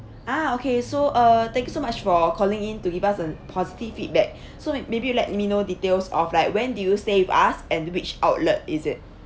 ah okay so uh thank you so much for calling in to give us a positive feedback so may~ maybe you let me know details of like when did you stay with us and which outlet is it